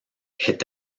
est